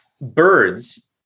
birds